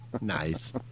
Nice